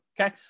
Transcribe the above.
okay